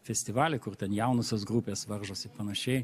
festivalį kur ten jaunosios grupės varžosi panašiai